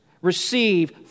receive